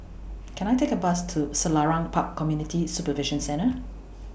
Can I Take A Bus to Selarang Park Community Supervision Centre